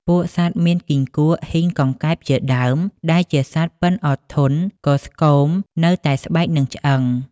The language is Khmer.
ពួកសត្វមានគីង្គក់ ហ៊ីង កង្កែបជាដើម ដែលជាសត្វប៉ិនអត់ធន់ក៏ស្គមនៅតែស្បែកនិងឆ្អឹង។